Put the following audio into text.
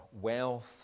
wealth